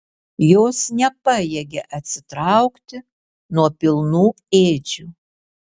jos nepajėgė atsitraukti nuo pilnų ėdžių